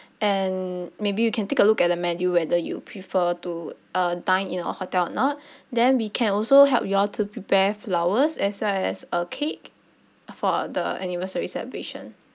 and maybe you can take a look at the menu whether you prefer to uh dine in our hotel or not then we can also help you all to prepare flowers as well as a cake for the anniversary celebration